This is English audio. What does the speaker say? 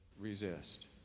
resist